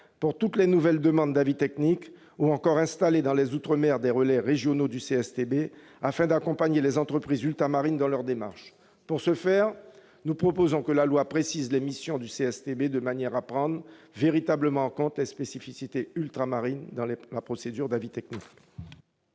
pour toutes les nouvelles demandes d'avis techniques, ou encore installer dans les outre-mer des relais régionaux du CSTB afin d'accompagner les entreprises ultramarines dans leurs démarches. Pour ce faire, nous proposons que la loi précise les missions du CSTB de manière à prendre véritablement en compte les spécificités ultramarines dans la procédure d'avis technique.